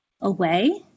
away